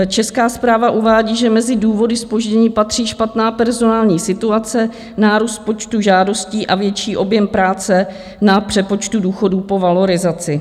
Česká správa uvádí, že mezi důvody zpoždění patří špatná personální situace, nárůst počtu žádostí a větší objem práce na přepočtu důchodů po valorizaci.